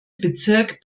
bezirk